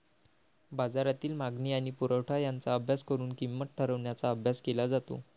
बाजारातील मागणी आणि पुरवठा यांचा अभ्यास करून किंमत ठरवण्याचा अभ्यास केला जातो